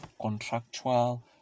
contractual